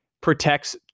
protects